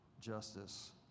justice